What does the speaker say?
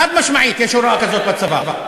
חד-משמעית יש הוראה כזאת בצבא.